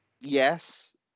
Yes